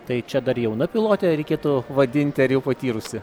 tai čia dar jauna pilotė reikėtų vadinti ar jau patyrusi